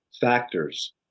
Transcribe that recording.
factors